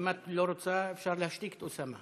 אם את לא רוצה, אפשר להשתיק את אוסאמה.